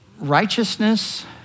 righteousness